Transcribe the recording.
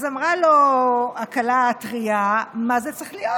אמרה לו הכלה הטרייה: מה זה צריך להיות?